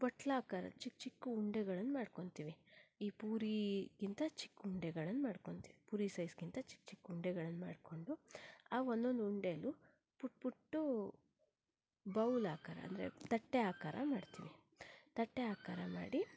ಬಟ್ಟಲಾಕಾರ ಚಿಕ್ಕ ಚಿಕ್ಕ ಉಂಡೆಗಳನ್ನು ಮಾಡ್ಕೊಂತೀವಿ ಈ ಪೂರಿಗಿಂತ ಚಿಕ್ಕ ಉಂಡೆಗಳನ್ನು ಮಾಡ್ಕೊಂತೀವಿ ಪೂರಿ ಸೈಜ್ಗಿಂತ ಚಿಕ್ಕ ಚಿಕ್ಕ ಉಂಡೆಗಳನ್ನು ಮಾಡ್ಕೊಂಡು ಆ ಒಂದು ಒಂದು ಉಂಡೆನೂ ಪುಟ್ಟ ಪುಟ್ಟ ಬೌಲ್ ಆಕಾರ ಅಂದರೆ ತಟ್ಟೆ ಆಕಾರ ಮಾಡ್ತೀವಿ ತಟ್ಟೆ ಆಕಾರ ಮಾಡಿ